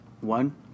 one